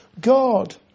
God